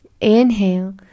inhale